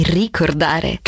ricordare